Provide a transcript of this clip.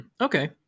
Okay